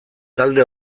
talde